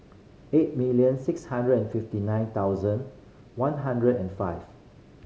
eight million six hundred and fifty nine thousand one hundred and five